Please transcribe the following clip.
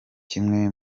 kimwe